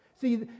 See